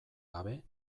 gabe